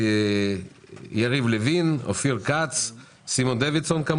יריב לוין, אופיר כץ, סימון דוידסון.